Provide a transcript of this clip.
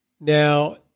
Now